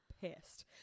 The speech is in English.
pissed